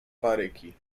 baryki